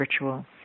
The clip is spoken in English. ritual